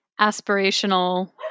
aspirational